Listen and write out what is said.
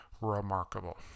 remarkable